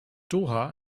doha